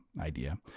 idea